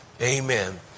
amen